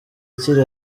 ikiri